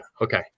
Okay